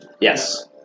Yes